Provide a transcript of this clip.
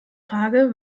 frage